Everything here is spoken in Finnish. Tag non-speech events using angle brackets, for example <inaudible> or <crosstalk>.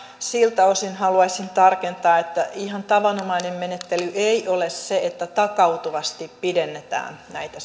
siltä osin haluaisin tarkentaa että ihan tavanomainen menettely ei ole se että takautuvasti pidennetään näitä <unintelligible>